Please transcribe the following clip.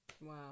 Wow